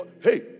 hey